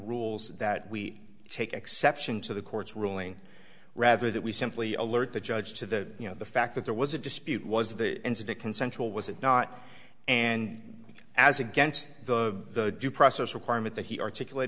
rules that we take exception to the court's ruling rather that we simply alert the judge to the you know the fact that there was a dispute was the incident consensual was it not and as against the due process requirement that he articulate